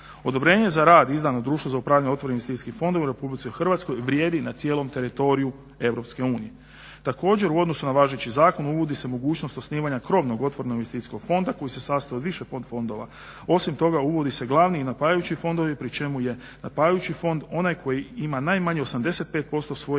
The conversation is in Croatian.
Odobrenje za rad izdan od društva za upravljanje otvorenim investicijskim fondovima u Republici Hrvatskoj vrijedi na cijelom teritoriju EU. Također u odnosu na važeći zakon uvodi se mogućnost osnivanja krovnog otvorenog investicijskog fonda koji se sastoji od više podfondova. Osim toga, uvodi se glavni i napajajući fondovi pri čemu je napajajući fond onaj koji ima najmanje 85% svoje